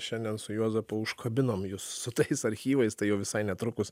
šiandien su juozapu užkabinom jus su tais archyvais tai jau visai netrukus